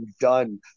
done